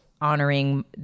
honoring